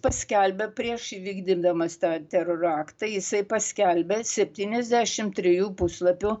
paskelbė prieš įvykdydamas tą teroro aktą jisai paskelbė septyniasdešim trijų puslapių